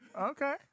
okay